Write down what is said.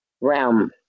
realm